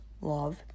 love